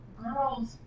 girls